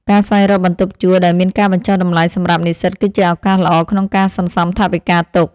ការស្វែងរកបន្ទប់ជួលដែលមានការបញ្ចុះតម្លៃសម្រាប់និស្សិតគឺជាឱកាសល្អក្នុងការសន្សំថវិកាទុក។